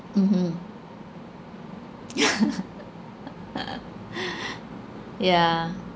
mmhmm yeah